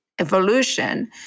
evolution